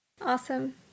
awesome